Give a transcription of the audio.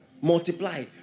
multiply